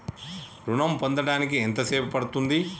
ఋణం పొందడానికి ఎంత సేపు పడ్తుంది?